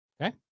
Okay